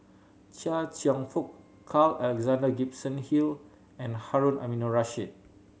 Chia Cheong Fook Carl Alexander Gibson Hill and Harun Aminurrashid